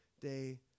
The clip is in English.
day